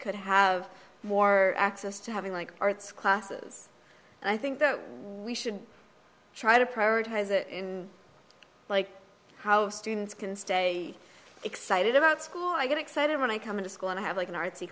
could have more access to having like arts classes and i think that we should try to prioritize it like how students can stay excited about school i get excited when i come to school and i have like an artsy